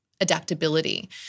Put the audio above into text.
adaptability